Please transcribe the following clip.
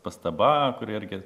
pastaba kuri irgi